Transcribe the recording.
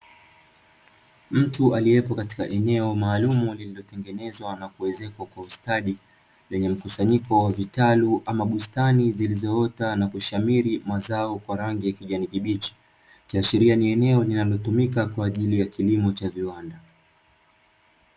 Mtu aliyekuwepo katika eneo maalumu, lililotengenezwa kwa ustadi lenye mkusanyiko wa vitalu ama bustani zilizoota na kushamiri mazao kwa rangi ya kijani kibichi, ikiashiria eneo linalotumika ni kwa ajili ya kilimo cha viwanda.